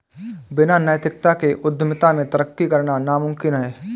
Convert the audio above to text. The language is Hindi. बिना नैतिकता के उद्यमिता में तरक्की करना नामुमकिन है